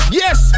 yes